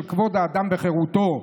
של כבוד האדם וחירותו,